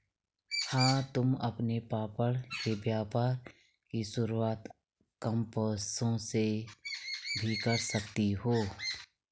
हाँ तुम अपने पापड़ के व्यापार की शुरुआत कम पैसों से भी कर सकती हो